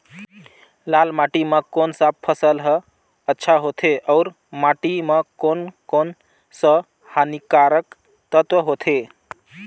लाल माटी मां कोन सा फसल ह अच्छा होथे अउर माटी म कोन कोन स हानिकारक तत्व होथे?